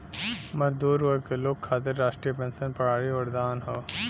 मजदूर वर्ग के लोग खातिर राष्ट्रीय पेंशन प्रणाली वरदान हौ